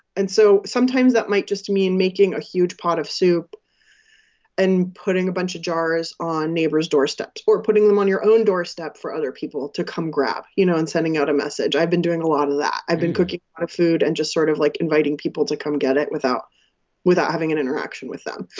and so sometimes, that might just mean making a huge pot of soup and putting a bunch of jars on neighbors' doorsteps or putting them on your own doorstep for other people to come grab, you know, and sending out a message. i've been doing a lot of that. i've been cooking a lot of food and just sort of, like, inviting people to come get it without without having an interaction with them.